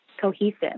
cohesive